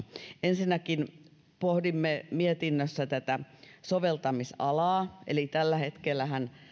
ensinnäkin pohdimme mietinnössä tätä soveltamisalaa eli tällä hetkellähän